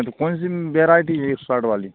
तो कौन सी वेराइटी है वाली